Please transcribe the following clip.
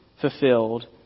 fulfilled